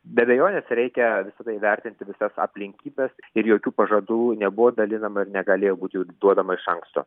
be abejonės reikia visada įvertinti visas aplinkybes ir jokių pažadų nebuvo dalinama ir negalėjo būti jų duodama iš anksto